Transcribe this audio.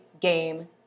game